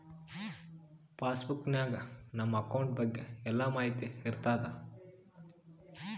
pass book ನಾಗ್ ನಮ್ account ಬಗ್ಗೆ ಎಲ್ಲಾ ಮಾಹಿತಿ ಇರ್ತಾದ